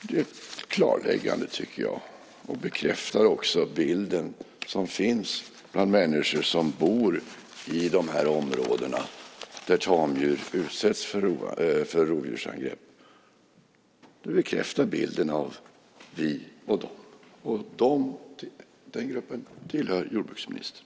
Det är ett klarläggande, tycker jag, och det bekräftar den bild som finns bland människor som bor i de områden där tamdjur utsätts för rovdjursangrepp. Det bekräftar bilden av "vi och de". Gruppen "de" tillhör jordbruksministern.